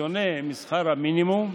בשונה משכר המינימום,